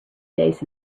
days